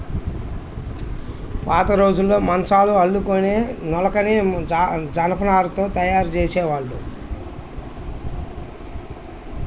పాతరోజుల్లో మంచాల్ని అల్లుకునే నులకని జనపనారతో తయ్యారు జేసేవాళ్ళు